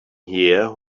here